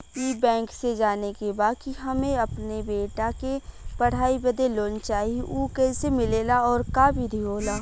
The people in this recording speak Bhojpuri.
ई बैंक से जाने के बा की हमे अपने बेटा के पढ़ाई बदे लोन चाही ऊ कैसे मिलेला और का विधि होला?